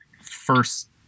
first